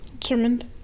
Determined